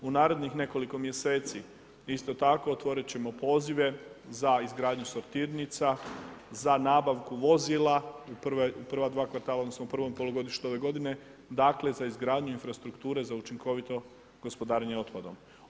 U narednih nekoliko mjeseci, isto tako otvoriti ćemo pozive za izgradnju sortirnica, na nabavku vozila, u prva dva kvartala, odnosno u prvom polugodištu ove godine, dakle za izgradnju infrastrukture za učinkovito gospodarenje otpadom.